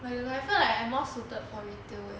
but I feel like I more suited for retail leh